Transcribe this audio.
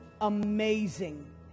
amazing